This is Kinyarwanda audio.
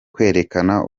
kwerekana